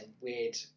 weird